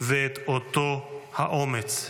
ואת אותו האומץ.